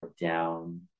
down